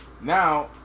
now